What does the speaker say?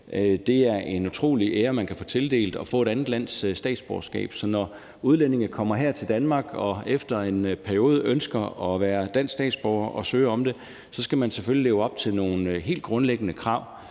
er en utrolig ære, man kan få tildelt, så når udlændinge kommer her til Danmark og efter en periode ønsker at være danske statsborgere og søger om det, skal man selvfølgelig leve op til nogle helt grundlæggende krav.